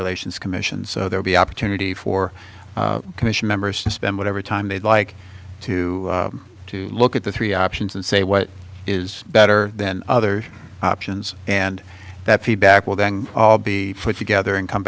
relations commission so they'll be opportunity for commission members to spend whatever time they'd like to to look at the three options and say what is better than other options and that feedback will then all be put together and come